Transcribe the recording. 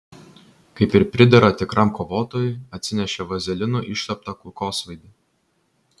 kaip ir pridera tikram kovotojui atsinešė vazelinu išteptą kulkosvaidį